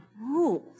rules